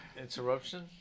interruption